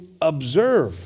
observe